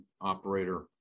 operator